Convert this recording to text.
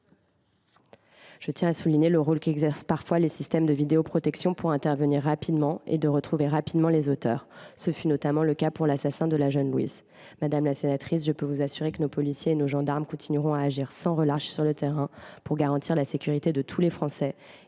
enfin à souligner le rôle que peuvent jouer les systèmes de vidéoprotection pour une intervention rapide et une prompte interpellation des auteurs de ces actes. Ce fut notamment le cas pour l’assassin de la jeune Louise. Madame la sénatrice, je peux vous assurer que nos policiers et nos gendarmes continueront d’agir sans relâche sur le terrain pour garantir la sécurité de tous les Français.